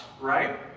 right